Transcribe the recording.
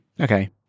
Okay